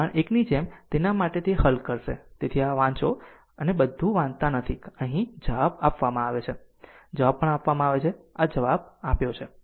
ઉદાહરણ 1 ની જેમ તેના માટે તે હલ કરશે તેથી આ તે વાંચો અને બધું વાંચતા નથી અહીં જવાબ આપવામાં આવે છે અને જવાબ પણ આપવામાં આવે છે આ આ જવાબ આપ્યો છે